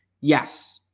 Yes